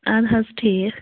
اَدٕ حظ ٹھیٖک